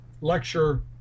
lecture